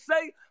say